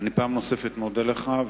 פעם נוספת אני מודה לך,